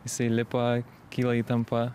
jisai lipa kyla įtampa